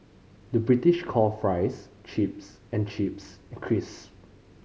the British call fries chips and chips crisp